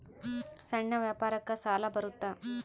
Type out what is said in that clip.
ಸಣ್ಣ ವ್ಯಾಪಾರಕ್ಕ ಸಾಲ ಬರುತ್ತಾ?